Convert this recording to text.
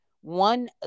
One